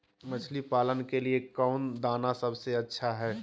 मछली पालन के लिए कौन दाना सबसे अच्छा है?